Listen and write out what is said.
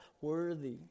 worthy